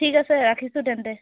ঠিক আছে ৰাখিছোঁ তেন্তে